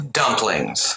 dumplings